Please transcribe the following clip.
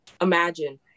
imagine